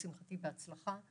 לשמחתי, בהצלחה.